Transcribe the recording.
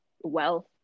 wealth